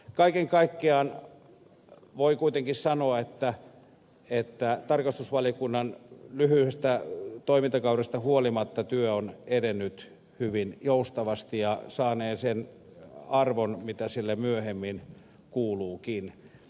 kaiken kaikkiaan voi kuitenkin sanoa että tarkastusvaliokunnan lyhyestä toimintakaudesta huolimatta työ on edennyt hyvin joustavasti ja saanee sen arvon mikä sille myöhemmin kuuluukin